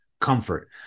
comfort